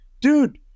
dude